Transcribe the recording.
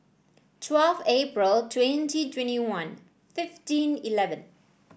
twelve Aprril twenty twenty one fifteen eleven